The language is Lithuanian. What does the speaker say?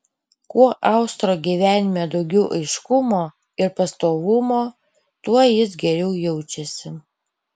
kuo austro gyvenime daugiau aiškumo ir pastovumo tuo jis geriau jaučiasi